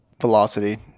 velocity